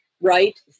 right